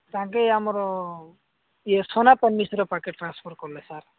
ତାଙ୍କେ ଆମର ଇଏ ସନାତନ ମିଶ୍ର ପାଖରେ ଟ୍ରାନ୍ସଫର୍ କଲେ ସାର୍